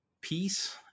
peace